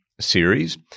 Series